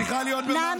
היא צריכה להיות במעצר.